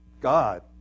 God